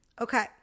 Okay